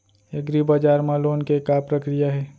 एग्रीबजार मा लोन के का प्रक्रिया हे?